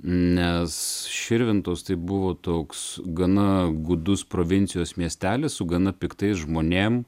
nes širvintos tai buvo toks gana gūdus provincijos miestelis su gana piktais žmonėm